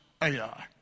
Ai